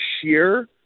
sheer